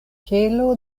kelo